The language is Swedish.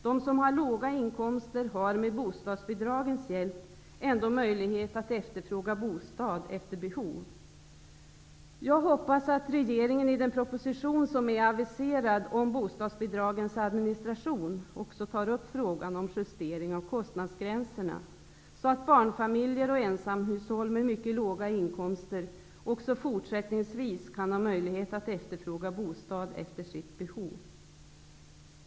De som har låga inkomster har med bo stadsbidragens hjälp ändå möjlighet att efterfråga bostad efter behov. Jag hoppas att regeringen i den proposition om administrationen av bostadsbidragen som är avi serad också tar upp frågan om justering av kost nadsgränserna, så att barnfamiljer och ensamhus håll med mycket låga inkomster också fortsätt ningsvis har möjlighet att efterfråga bostad efter behov.